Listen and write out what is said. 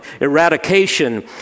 eradication